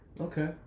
okay